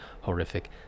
Horrific